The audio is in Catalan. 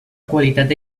qualitat